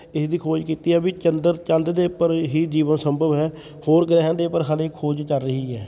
ਇਸਦੀ ਖੋਜ ਕੀਤੀ ਆ ਵੀ ਚੰਦਰ ਚੰਦ ਦੇ ਉੱਪਰ ਹੀ ਜੀਵਨ ਸੰਭਵ ਹੈ ਹੋਰ ਗ੍ਰਹਿਆਂ ਦੇ ਪਰ ਹਾਲੇ ਖੋਜ ਚੱਲ ਰਹੀ ਹੈ